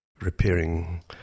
repairing